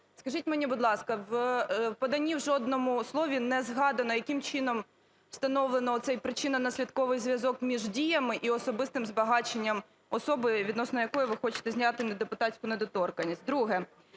Скажіть мені, будь ласка, в поданні в жодному слові не згадано, яким чином встановлено оцей причинно-наслідковий зв'язок між діями і особистим збагаченням особи, відносно якої ви хочете зняти депутатську недоторканність. Друге.